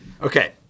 Okay